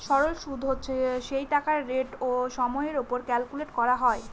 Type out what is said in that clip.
সরল সুদ হচ্ছে সেই টাকার রেট ও সময়ের ওপর ক্যালকুলেট করা হয়